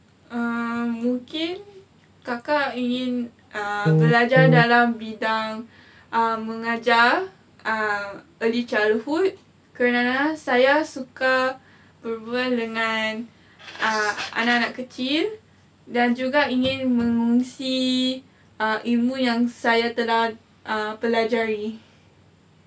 um mungkin kakak ingin err belajar dalam bidang mengajar uh early childhood kerana saya suka berbual dengan uh anak-anak kecil dan juga ingin mengongsi err ilmu yang saya telah pelajari